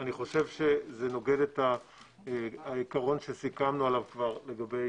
אני חושב שזה נוגד את העיקרון שסיכמנו עליו לגבי